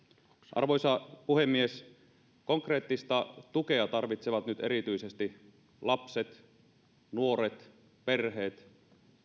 arvoisa puhemies konkreettista tukea tarvitsevat nyt erityisesti lapset nuoret perheet